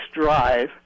drive